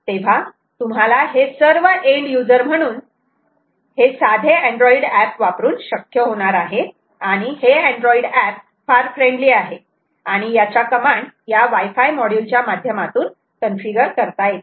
तेव्हा तुम्हाला हे सर्व एन्ड युजर म्हणून हे साधे अँड्रॉइड एप वापरुन शक्य होणार आहे आणि हे अँड्रॉइड एप फार फ्रेंडली आहे आणि याच्या कमांड या वाय फाय मॉड्यूल च्या माध्यमातून कन्फिगर करता येतात